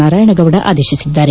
Narayanagowda ಆದೇತಿಸಿದ್ದಾರೆ